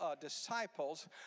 disciples